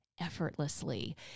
effortlessly